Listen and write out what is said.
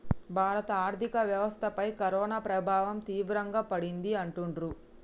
భారత ఆర్థిక వ్యవస్థపై కరోనా ప్రభావం తీవ్రంగా పడింది అంటుండ్రు